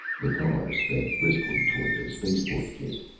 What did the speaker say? the car sped briskly toward the spaceport gate.